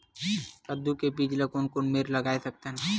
कददू के बीज ला कोन कोन मेर लगय सकथन?